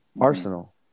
arsenal